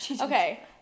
Okay